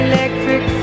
Electric